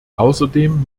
außerdem